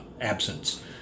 absence